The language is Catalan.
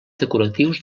decoratius